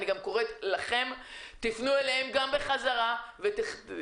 אני גם קוראת לכם, פנו אליהם בחזרה ותגבשו